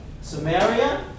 Samaria